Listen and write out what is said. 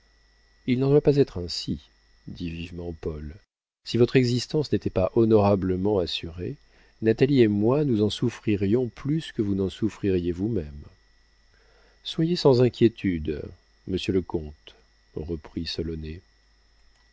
il n'en doit pas être ainsi dit vivement paul si votre existence n'était pas honorablement assurée natalie et moi nous en souffririons plus que vous n'en souffririez vous-même soyez sans inquiétude monsieur le comte reprit solonet ah